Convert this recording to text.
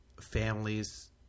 families